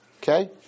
Okay